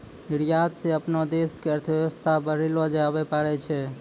निर्यात स अपनो देश के अर्थव्यवस्था बढ़ैलो जाबैल पारै छै